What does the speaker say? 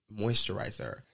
moisturizer